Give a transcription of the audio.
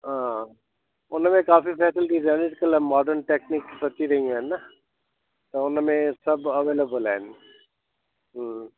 हा उनमें काफी सेटल थी अॼुकल्हि मॉडन टेकनीक्स अची वियूं आहिनि न त उनमें सभु अवेलेबल आहिनि